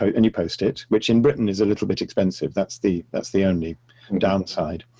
and you post it, which in britain is a little bit expensive, that's the that's the only downside.